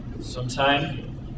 sometime